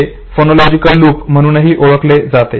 हे phonological loop म्हणून देखील ओळखले जाते